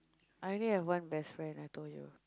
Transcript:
I only have one best friend I told you